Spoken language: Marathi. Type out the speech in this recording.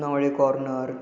नवळे कॉर्नर